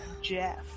Jeff